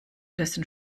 dessen